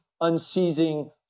unceasing